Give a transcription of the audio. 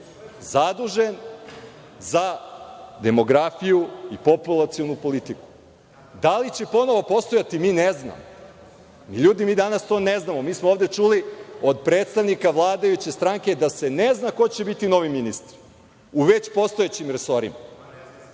zadužen za demografiju i populacionu politiku, da li će ponovo postojati mi ne znamo. LJudi mi danas to ne znamo. Mi smo ovde čuli od predstavnika vladajuće stranke da se ne zna ko će biti novi ministar u već postojećim resorima,